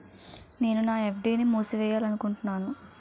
నేను నా ఎఫ్.డి ని మూసివేయాలనుకుంటున్నాను